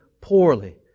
poorly